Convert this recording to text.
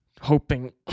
Hoping